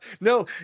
No